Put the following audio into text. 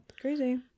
Crazy